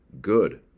good